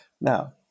Now